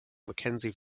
mackenzie